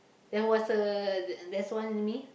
there was a there there's one enemy